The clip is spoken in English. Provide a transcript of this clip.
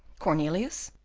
cornelius,